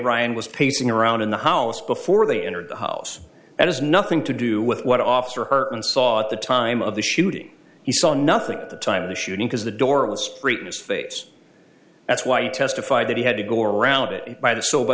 ryan was pacing around in the house before they entered the house that has nothing to do with what officer her and saw at the time of the shooting he saw nothing at the time of the shooting because the door was fritos face that's why he testified that he had to go around it by the so by